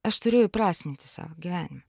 aš turiu įprasminti savo gyvenimą